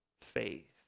faith